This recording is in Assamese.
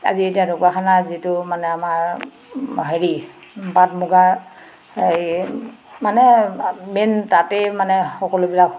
আজি এতিয়া ঢকুৱাখানাৰ যিটো মানে আমাৰ হেৰি পাট মুগা হেৰি মানে মেইন তাতেই মানে সকলোবিলাক